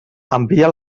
envia